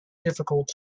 difficult